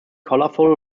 colorful